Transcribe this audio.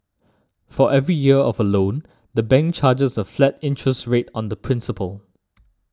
for every year of a loan the bank charges a flat interest rate on the principal